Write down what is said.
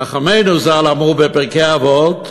חכמינו ז"ל אמרו בפרקי אבות: